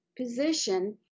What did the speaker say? position